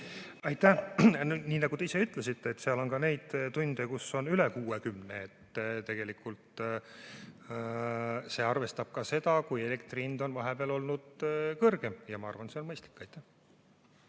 Aitäh! Nii nagu te ise ütlesite, seal oli ka neid tunde, kus näitaja oli üle 60. Tegelikult see arvestab ka seda, kui elektri hind on vahepeal olnud kõrgem, ja ma arvan, et see on mõistlik. Aitäh!